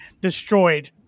Destroyed